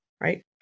right